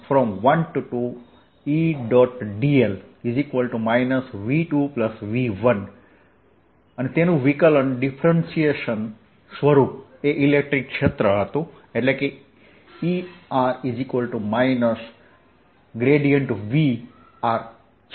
dl V2V1 તેનું વિકલન સ્વરૂપ એ ઇલેક્ટ્રિક ક્ષેત્ર હતું તે Er V છે